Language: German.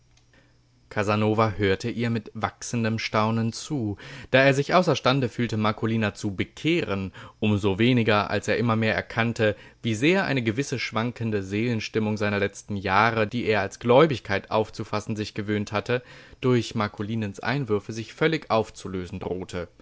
casanova hörte ihr mit wachsendem staunen zu da er sich außerstande fühlte marcolina zu bekehren um so weniger als er immer mehr erkannte wie sehr eine gewisse schwankende seelenstimmung seiner letzten jahre die er als gläubigkeit aufzufassen sich gewöhnt hatte durch marcolinens einwürfe sich völlig aufzulösen drohte